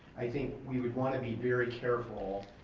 i think we would want to be very careful